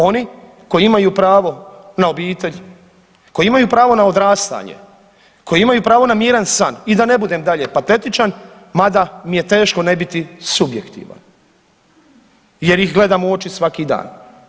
Oni koji imaju pravo na obitelj, koji imaju pravo na odrastanje, koji imaju pravo na miran san i da ne budem dalje patetičan, mada mi je teško ne biti subjektivan jer ih gledam u oči svaki dan.